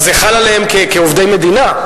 אז זה חל עליהם כעובדי מדינה,